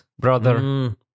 brother